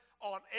on